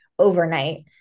overnight